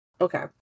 Okay